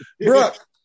Brooke